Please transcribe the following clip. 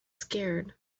scared